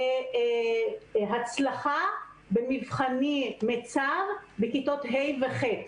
להצלחה במבחני מיצ"ב בכיתות ה' ו-ח'.